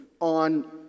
on